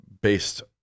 based